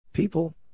People